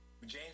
James